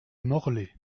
morlaix